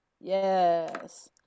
Yes